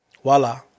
Voila